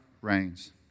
reigns